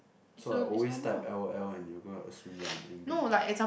so I always type l_o_l and you're gonna assume that I'm angry